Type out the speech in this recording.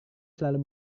selalu